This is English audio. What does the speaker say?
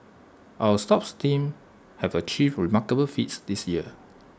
our sports teams have achieved remarkable feats this year